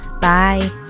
Bye